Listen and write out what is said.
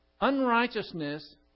unrighteousness